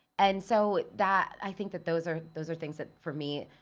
and so that, i think that those are those are things that for me,